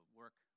work